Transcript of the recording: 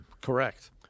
Correct